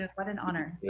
what an honor.